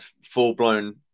full-blown